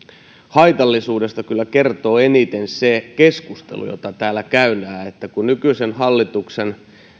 haitallisuudesta kyllä kertoo eniten se keskustelu jota täällä käydään kun nykyisen hallituksen